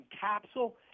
capsule